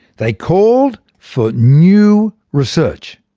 they called for new research.